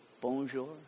Bonjour